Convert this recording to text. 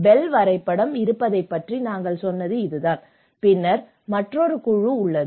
bell வரைபடம் இருப்பதைப் பற்றி நாங்கள் சொன்னது இதுதான் பின்னர் மற்றொரு குழு உள்ளது